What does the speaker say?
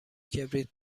کبریت